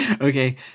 okay